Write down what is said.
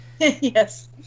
Yes